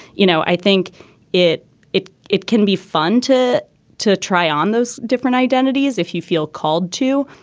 you know, i think it it it can be fun to to try on those different identities if you feel called to.